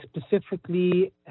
specifically